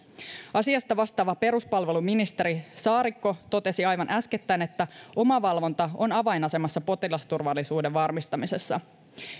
asiasta vastaava peruspalveluministeri saarikko totesi aivan äskettäin että omavalvonta on avainasemassa potilasturvallisuuden varmistamisessa